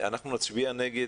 אנחנו נצביע נגד